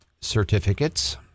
certificates